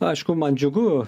aišku man džiugu